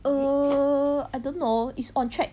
err I don't know is on track